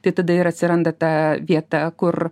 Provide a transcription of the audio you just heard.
tai tada ir atsiranda ta vieta kur